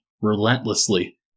relentlessly